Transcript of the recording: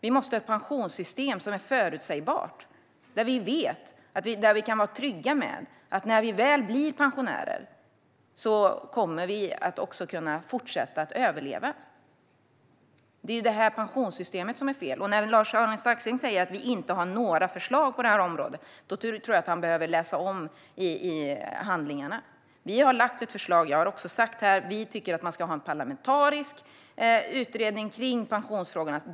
Vi måste ha ett pensionssystem som är förutsägbart - där vi vet och kan vara trygga med att vi kommer att kunna överleva när vi väl blir pensionärer. Det är pensionssystemet som är fel. Lars-Arne Staxäng säger att vi inte har några förslag på området. Jag tror att han behöver läsa om handlingarna. Vi har lagt fram förslag, och jag har sagt här att vi tycker att man ska ha en parlamentarisk utredning av pensionsfrågorna.